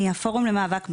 מהפורום למאבק בעוני,